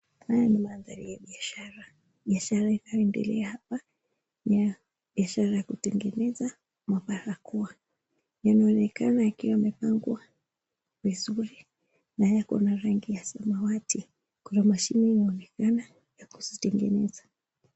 Hii ni mandhariya biashara. Biashara inayoendelea hapa ni biashara ya kutengeneza barakoa, yanaonekana yakiwa yamepangwa vizuri na yako na rangi ya samawati. Kuna mashini inayoonekana ya kuzitengeneza.